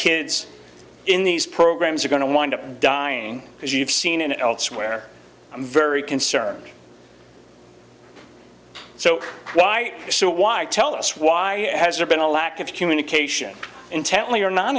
kids in these programs are going to wind up dying because you've seen it elsewhere i'm very concerned so why are you so why tell us why has there been a lack of communication intently or non